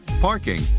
Parking